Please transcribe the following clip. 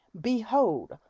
Behold